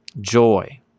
joy